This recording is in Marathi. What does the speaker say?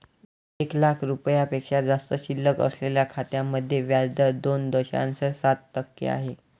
एक लाख रुपयांपेक्षा जास्त शिल्लक असलेल्या खात्यांमध्ये व्याज दर दोन दशांश सात टक्के आहे